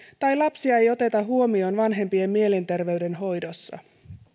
tai lapsia ei oteta huomioon vanhempien mielenterveyden hoidossa